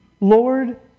Lord